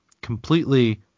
completely